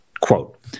Quote